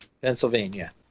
Pennsylvania